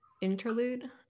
interlude